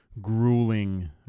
grueling